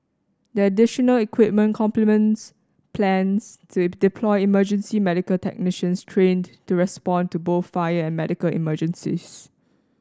the additional equipment complements plans to deploy emergency medical technicians trained to respond to both fire and medical emergencies